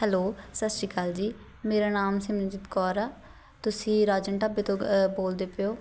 hello ਸਤਿ ਸ਼੍ਰੀ ਅਕਾਲ ਜੀ ਮੇਰਾ ਨਾਮ ਸਿਮਰਨਜੀਤ ਕੌਰ ਆ ਤੁਸੀਂ ਰਾਜਨ ਢਾਬੇ ਤੋਂ ਬੋਲਦੇ ਪਏ ਹੋ